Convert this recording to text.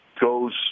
goes